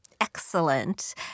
Excellent